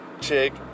chick